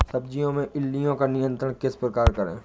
सब्जियों में इल्लियो का नियंत्रण किस प्रकार करें?